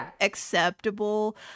acceptable